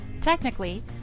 Technically